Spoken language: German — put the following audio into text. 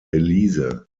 elise